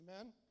Amen